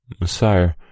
Messiah